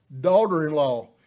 daughter-in-law